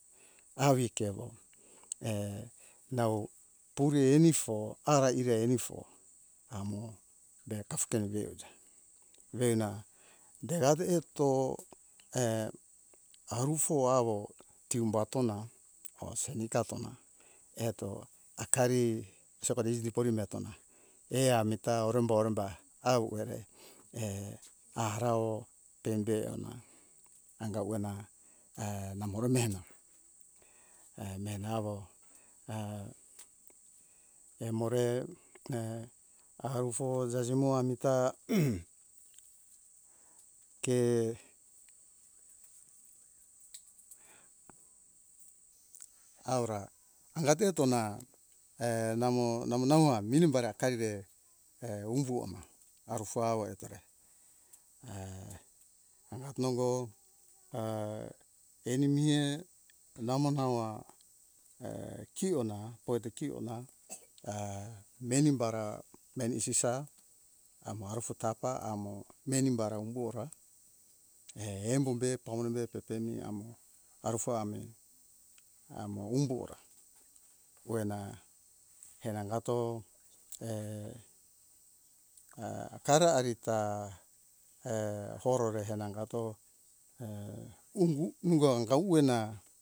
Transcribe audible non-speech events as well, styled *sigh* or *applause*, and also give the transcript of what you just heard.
Avi kewo *hesitation* nau puri anifo ara ije anifo amo de kafka veuja ve na derade eto *hesitation* arufo awo tiumba tona hose nika tona eto akari sepadi iji porume tona emami ta orumbo oromba au rere *hesitation* arao pembe ona anga uena *hesitation* namore mehena *hesitation* mehena awo *hesitation* emor *hesitation* arufo jajemo amita ke aura angate tona *hesitation* namo namo namo a minimbar kaeve *hesitation* umbu ona arufo awo etore *hesitation* angat nongo a ani mie namo nawa *hesitation* kiona fo eto kiona *hesitation* menim bara meni isisa amo arufo tapa amo meni bara umbora *hesitation* embo be pamone be tete mi amo arufo ami amo umbo ora oena henangato *hesitation* kara arita *hesitation* horore hangato *hesitation* umo anga uwena